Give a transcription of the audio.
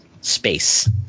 space